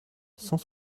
cent